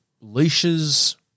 leashes